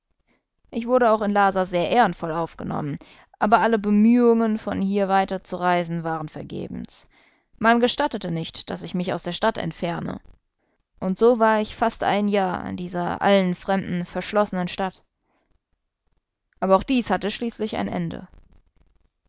ich wurde auch in lhasa sehr ehrenvoll aufgenommen aber alle bemühungen von hier weiterzureisen waren vergebens man gestattete nicht daß ich mich aus der stadt entferne und so war ich fast ein jahr in dieser allen fremden verschlossenen stadt aber auch dies hatte schließlich ein ende